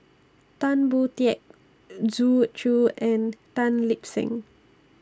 Tan Boon Teik Zhu Xu and Tan Lip Seng